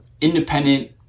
independent